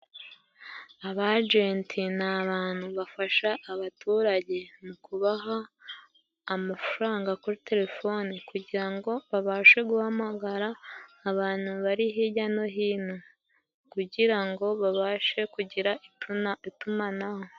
Aba ajenti ni abantu bafasha abaturage mu kubaha amafaranga kuri terefoni， kugira ngo babashe guhamagara abantu bari hirya no hino，kugira ngo babashe kugira itumanaho.